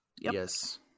Yes